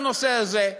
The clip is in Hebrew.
לנושא הזה,